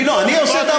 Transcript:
אתה תעשה את שלך.